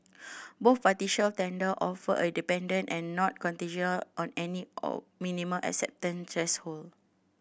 both partial tender offer are independent and not contingent on any or minimum acceptance threshold